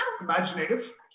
Imaginative